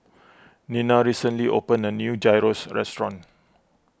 Nina recently opened a new Gyros Restaurant